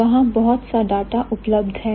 वहां बहुत सा डाटा उपलब्ध है